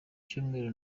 cyumweru